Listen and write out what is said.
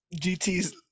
GT's